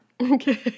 Okay